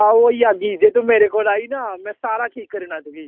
आहो होई जाह्गी जेकर मेरे कोल आई ना ते ठीक होई जाह्गी